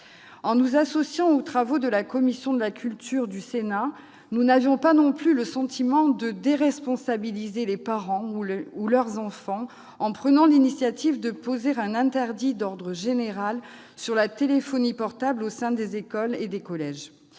En nous associant aux travaux de la commission de la culture du Sénat, nous n'avions pas le sentiment de déresponsabiliser les parents ou leurs enfants en prenant l'initiative de poser un interdit d'ordre général sur l'usage de la téléphonie portable au sein des écoles et des collèges.